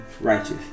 righteous